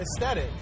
aesthetic